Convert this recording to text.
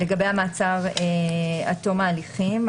לגבי המעצר עד תום ההליכים.